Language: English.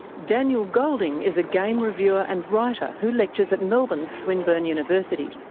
daniel golding is a game reviewer and writer who lectures at melbourne's swinburne university.